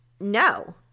No